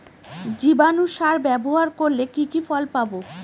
জীবাণু সার ব্যাবহার করলে কি কি ফল পাবো?